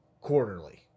quarterly